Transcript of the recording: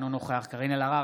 אינו נוכח קארין אלהרר,